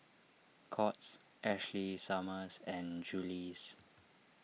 Courts Ashley Summers and Julie's